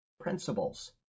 principles